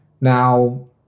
Now